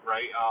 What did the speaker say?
Right